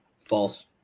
False